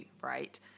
right